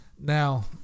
Now